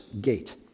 gate